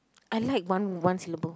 I like one one syllable